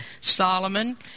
Solomon